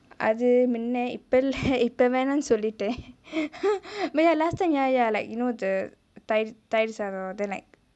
அது மின்னே இப்பே இல்லே இப்பே வேனானு சொல்லிட்டே:athu minnae ippae illae ippae venanu sollittae oh ya last time ya ya you know the tayir~ tayir saatham~ tayiru saatham then like